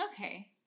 Okay